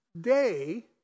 day